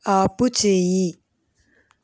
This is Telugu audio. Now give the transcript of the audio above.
ఆపుచేయి